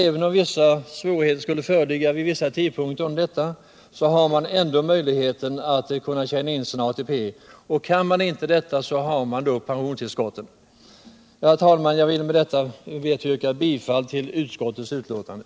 Även om en del svårigheter skulle föreligga vid vissa tidpunkter, så har man ändå möjlighet att tjäna in sin ATP. Om man inte skulle kunna det, så har man pensionstillskotten. Herr talman! Jag vill med detta yrka bifall till utskottets hemställan i betänkandet.